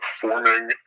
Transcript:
forming